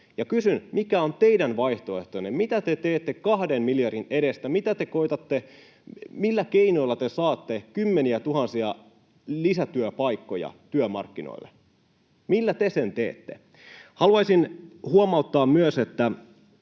Ja kysyn: Mikä on teidän vaihtoehtonne? Mitä te teette kahden miljardin edestä? Millä keinoilla te saatte kymmeniätuhansia lisätyöpaikkoja työmarkkinoille? Millä te sen teette? Haluaisin huomauttaa myös,